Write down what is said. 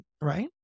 right